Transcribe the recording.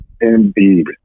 Indeed